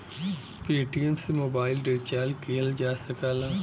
Paytm से mobile recharge किहल जा सकला